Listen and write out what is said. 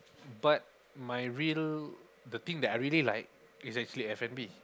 but my real the thing that I really like is actually F-and-B